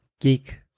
geek